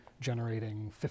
generating